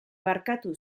barkatu